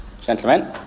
Gentlemen